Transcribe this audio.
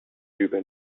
übel